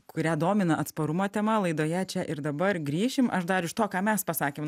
kurią domina atsparumo tema laidoje čia ir dabar grįšim aš dar iš to ką mes pasakėm